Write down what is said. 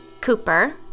Cooper